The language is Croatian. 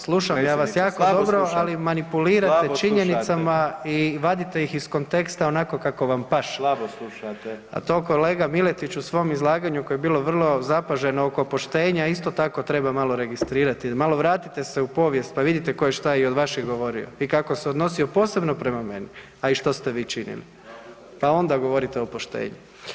Slušam ja vas jako dobro, ali manipulirate [[Upadica Grmoja: Slabo slušate.]] Manipulirate činjenicama i vadite ih iz konteksta onako kako vam paše [[Upadica Grmoja: Slabo slušate.]] A to kolega Miletić u svom izlaganju koje je bilo vrlo zapaženo oko poštenja isto tako treba malo registrirati, malo vratite se u povijest pa vidite tko je šta i od vaših govorio i kako se odnosio posebno prema meni, a i što ste vi činili pa onda govorite o poštenju.